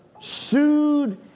sued